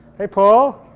hey paul.